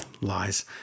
Lies